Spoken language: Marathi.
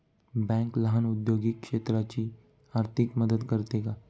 बँक लहान औद्योगिक क्षेत्राची आर्थिक मदत करते का?